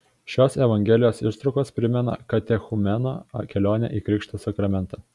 šios evangelijos ištraukos primena katechumeno kelionę į krikšto sakramentą